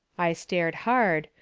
i stared hard,